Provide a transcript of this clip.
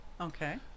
Okay